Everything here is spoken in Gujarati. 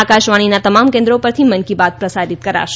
આકાશવાણીના તમામ કેન્દ્રો પરથી મન કી બાત પ્રસારિત કરાશે